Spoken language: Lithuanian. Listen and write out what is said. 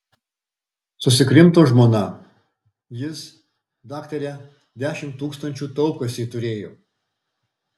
susikrimto žmona jis daktare dešimt tūkstančių taupkasėj turėjo